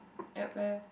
at where